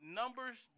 numbers